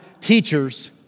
teachers